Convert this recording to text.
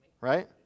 Right